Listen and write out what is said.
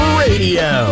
radio